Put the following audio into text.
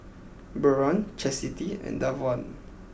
Byron Chastity and Davon